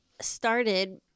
started